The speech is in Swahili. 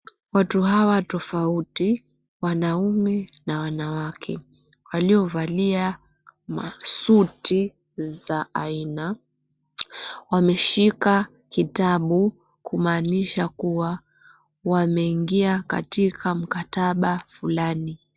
Watu hawa tofauti wanaume na wanawake, waliovalia masuti za aina, wameshika kitabu kumaanisha kuwa wameingia katika mkataba fulani.